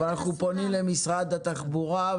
אנחנו פונים למשרד התחבורה.